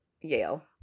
Yale